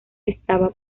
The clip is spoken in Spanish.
estaba